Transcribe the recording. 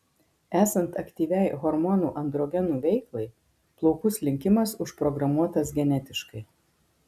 esant aktyviai hormonų androgenų veiklai plaukų slinkimas užprogramuotas genetiškai